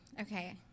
Okay